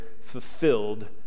fulfilled